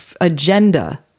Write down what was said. agenda